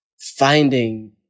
finding